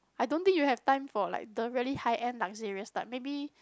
I don't think you have time for like the really high end luxurious type maybe